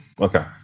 Okay